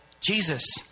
Jesus